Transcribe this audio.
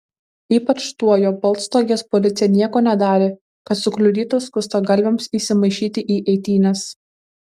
ypač tuo jog baltstogės policija nieko nedarė kad sukliudytų skustagalviams įsimaišyti į eitynes